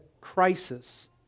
crisis